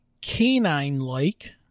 canine-like